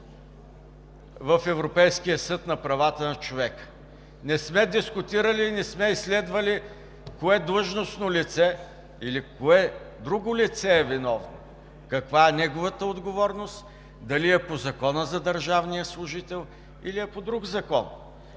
в Европейския съд на правата на човека. Не сме дискутирали и не сме изследвали кое длъжностно лице или кое друго лице е виновно. Каква е неговата отговорност – дали е по Закона за държавния служител, или е по друг закон,